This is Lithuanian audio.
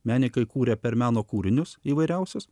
menininkai kūrė per meno kūrinius įvairiausius